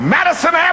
Madison